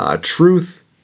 Truth